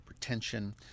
hypertension